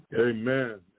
Amen